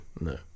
No